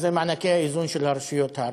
זה מענקי האיזון של הרשויות הערביות.